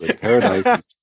Paradise